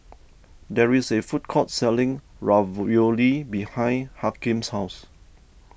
there is a food court selling Ravioli behind Hakeem's house